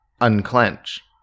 unclench